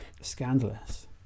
scandalous